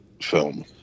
film